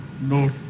no